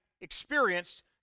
experienced